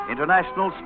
International